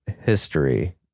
history